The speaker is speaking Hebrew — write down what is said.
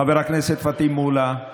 חבר הכנסת פטין מולא,